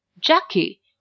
Jackie